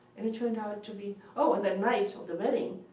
and it turned out to be oh, and that night of the wedding,